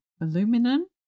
aluminum